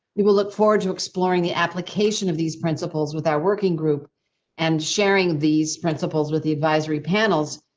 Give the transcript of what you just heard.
we will look forward to exploring the application of these principles with our working group and sharing these principles with the advisory panels.